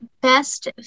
best